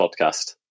podcast